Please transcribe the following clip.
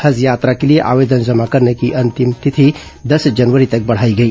हज यात्रा के लिए आवेदन जमा करने की तिथि दस जनवरी तक बढ़ाई गई